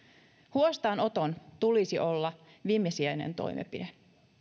huostaanoton tulisi olla viimesijainen toimenpide